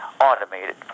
automated